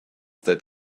that